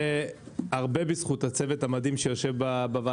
והרבה בזכות הצוות המדהים בוועדה,